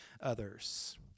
others